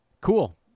Cool